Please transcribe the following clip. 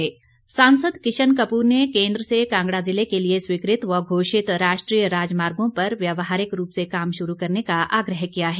किशन कपूर सांसद किशन कपूर ने केन्द्र से कांगड़ा जिले के लिए स्वीकृत व घोषित राष्ट्रीय राजमागों पर व्यवहारिक रूप से काम शुरू करने का आग्रह किया है